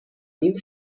این